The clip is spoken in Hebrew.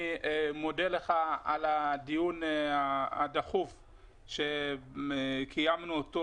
מודה לך על הדיון הדחוף שקיימנו אותו.